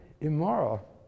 immoral